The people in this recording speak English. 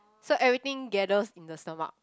so everything gathers in the stomach